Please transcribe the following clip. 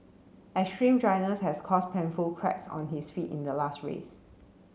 extreme dryness has caused painful cracks on his feet in the last race